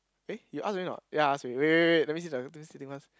eh you ask already not ya ask already wait wait wait let me see the let me see this first